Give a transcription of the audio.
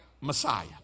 Messiah